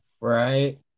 Right